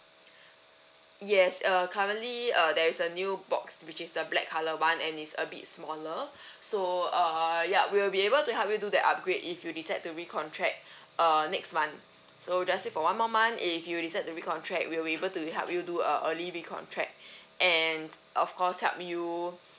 yes err currently err there is a new box which is the black colour one and it's a bit smaller so err yup we'll be able to help you do that upgrade if you decide to recontract uh next month so just stick for one more month if you decide to recontract we will be able to help you do a early recontract and of course help you